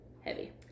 heavy